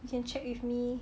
you can check with me